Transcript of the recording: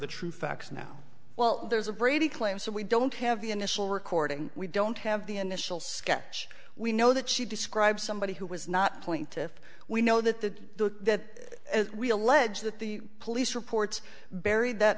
the true facts now well there's a brady claim so we don't have the initial recording we don't have the initial sketch we know that she describes somebody who was not point if we know that the that we allege that the police report buried that